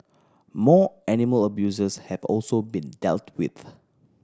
more animal abusers have also been dealt with